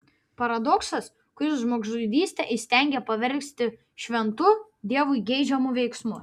paradoksas kuris žmogžudystę įstengia paversti šventu dievui geidžiamu veiksmu